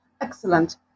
excellent